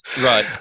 right